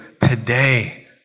today